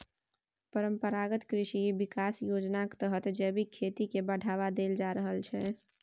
परंपरागत कृषि बिकास योजनाक तहत जैबिक खेती केँ बढ़ावा देल जा रहल छै